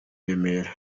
remera